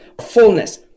fullness